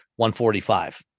145